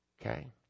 Okay